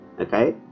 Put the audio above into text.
okay